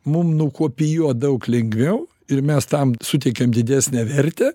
mum nukopijuot daug lengviau ir mes tam suteikiam didesnę vertę